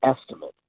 estimate